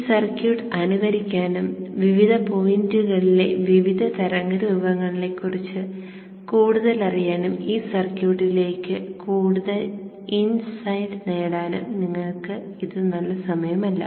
ഈ സർക്യൂട്ട് അനുകരിക്കാനും വിവിധ പോയിന്റുകളിലെ വിവിധ തരംഗരൂപങ്ങളെക്കുറിച്ച് കൂടുതലറിയാനും ഈ സർക്യൂട്ടിലേക്ക് കൂടുതൽ ഇൻസൈഡ് നേടാനും നിങ്ങൾക്ക് ഇത് നല്ല സമയമല്ല